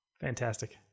fantastic